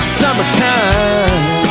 summertime